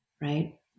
right